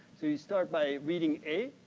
so, you start by reading a,